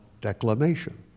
declamation